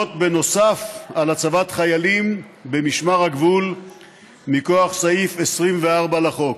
נוסף על הצבת חיילים במשמר הגבול מכוח סעיף 24 לחוק.